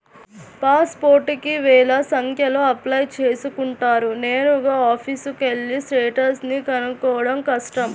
pass పోర్టుకి వేల సంఖ్యలో అప్లై చేసుకుంటారు నేరుగా ఆఫీసుకెళ్ళి స్టేటస్ ని కనుక్కోడం కష్టం